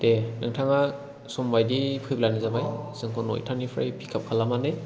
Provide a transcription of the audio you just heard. दे नोंथाङा समबादियै फैब्लानो जाबाय जोंखौ नयथानिफ्राय पिक आप खालामनानै